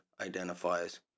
identifies